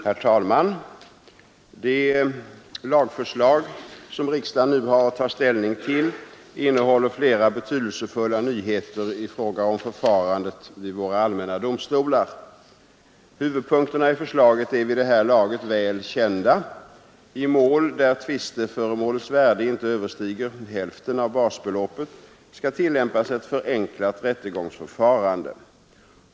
Herr talman! Det lagförslag som riksdagen nu har att ta ställning till innehåller flera betydelsefulla nyheter i fråga om förfarandet vid våra allmänna domstolar. Huvudpunkterna i förslaget är vid det här laget väl kända. I mål där tvisteföremålets värde inte överstiger hälften av basbeloppet skall tillämpas ett förenklat rättegångsförfarande.